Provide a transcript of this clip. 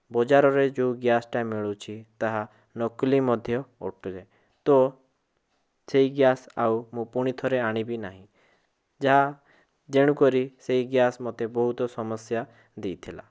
ବଜାରରେ ଯୋଉ ଗ୍ୟାସ୍ଟା ମିଳୁଛି ତାହା ନକଲି ମଧ୍ୟ ଅଟେ ତ ସେଇ ଗ୍ୟାସ୍ ଆଉ ମୁଁ ପୁଣିଥରେ ଆଣିବି ନାହିଁ ଯେଣୁକରି ସେ ଗ୍ୟାସ୍ ମୋତେ ବହୁତ ସମସ୍ୟା ଦେଇଥିଲା